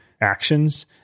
actions